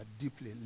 deeply